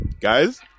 guys